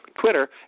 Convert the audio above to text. Twitter